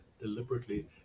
deliberately